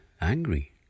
angry